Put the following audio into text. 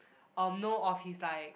um know of his like